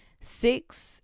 Six